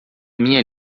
minha